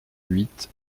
huit